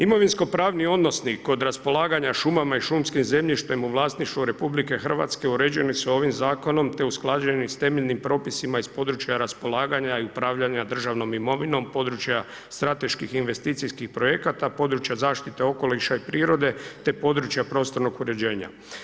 Imovinsko pravni odnosi kod raspolaganja šumama i šumskim zemljištem u vlasništvu RH uređeni su ovim zakonom te usklađeni s temeljnim propisima iz područja raspolaganja i upravljanja državnom imovinom, područja strateških investicijskih projekata, područja zaštite okoliša i prirode te područja prostornog uređenja.